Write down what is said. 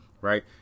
right